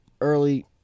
early